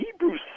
Hebrew